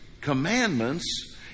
commandments